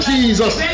Jesus